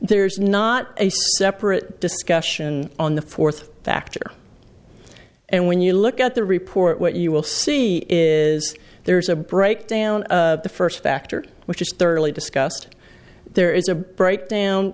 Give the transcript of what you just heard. there's not a separate discussion on the fourth factor and when you look at the report what you will see is there is a breakdown of the first factor which is thoroughly discussed there is a breakdown